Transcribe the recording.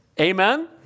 Amen